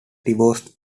discovered